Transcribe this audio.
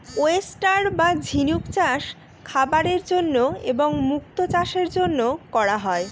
oyster বা ঝিনুক চাষ খাবারের জন্য এবং মুক্তো চাষের জন্য করা হয়